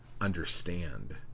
understand